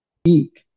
speak